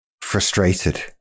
frustrated